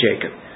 Jacob